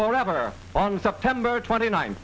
for ever on september twenty nin